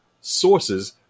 sources